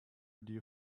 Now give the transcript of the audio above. dear